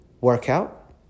workout